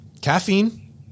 caffeine